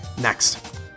Next